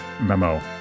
memo